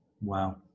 wow